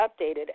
updated